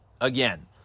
Again